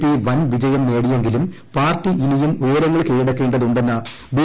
P വൻവിജയം നേടിയെങ്കിലും പാർട്ടി ഇനിയും ഉയരങ്ങൾ കീഴടക്കേണ്ടതുണ്ടെന്ന് ബി